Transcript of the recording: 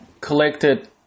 collected